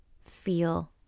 feel